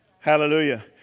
Hallelujah